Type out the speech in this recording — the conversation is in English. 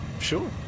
Sure